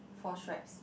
four stripes